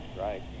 Right